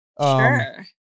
Sure